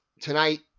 tonight